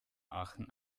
aachen